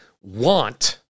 want